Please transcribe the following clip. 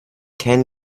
can